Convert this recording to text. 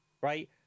right